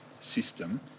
system